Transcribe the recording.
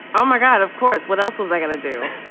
oh my god. of course. what else was i gonna do?